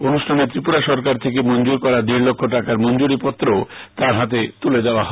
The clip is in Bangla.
অনুষ্ঠানে ত্রিপুরা সরকার থেকে মঞ্জুর করা দেড় লক্ষ টাকার মঞ্জুরী পত্রও তার হাতে তুলে দেওয়া হয়